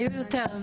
היו יותר.